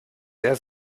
sehr